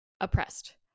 oppressed